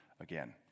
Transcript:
again